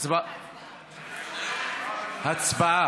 הצבעה